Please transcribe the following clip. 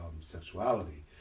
sexuality